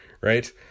right